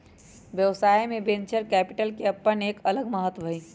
व्यवसाय में venture capital के अपन एक अलग महत्व हई